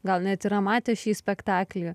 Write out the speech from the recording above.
gal net yra matę šį spektaklį